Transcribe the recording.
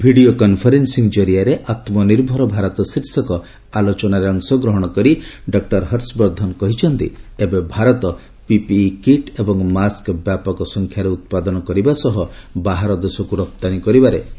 video conferencing ଜରିଆରେ ଆତ୍ମନିର୍ଭର ଭାରତ ଶୀର୍ଷକ ଆଲୋଚନାରେ ଅଂଶଗ୍ରହଣ କରି ଡକୁର ହର୍ଷବର୍ଦ୍ଧନ କହିଛନ୍ତି ଏବେ ଭାରତ ପିପିଇ କିଟ୍ ଏବଂ ମାସ୍କ ବ୍ୟାପକ ସଂଖ୍ୟାରେ ଉତ୍ପାଦନ କରିବା ସହ ବାହାର ଦେଶକୁ ରପ୍ତାନୀ କରିବାରେ ସକ୍ଷମ ହୋଇଛି